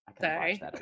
sorry